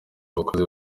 abakozi